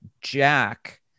Jack